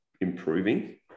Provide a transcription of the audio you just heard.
improving